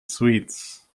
sweets